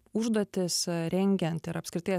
užduotis rengiant ir apskritai